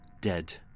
dead